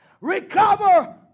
recover